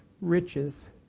riches